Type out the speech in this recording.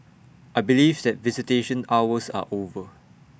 I believe that visitation hours are over